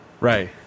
Right